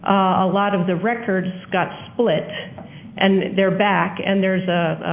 a lot of the records got split and they're back and there's a